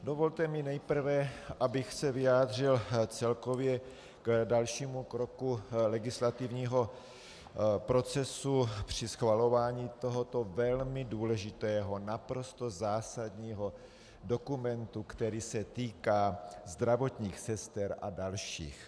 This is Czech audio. Dovolte mi nejprve, abych se vyjádřil celkově k dalšímu kroku legislativního procesu při schvalování tohoto velmi důležitého, naprosto zásadního dokumentu, který se týká zdravotních sester a dalších.